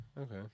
Okay